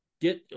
get